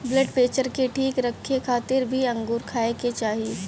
blood pressure के ठीक रखे खातिर भी अंगूर खाए के चाही